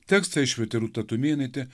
tekstą išvertė rūta tumėnaitė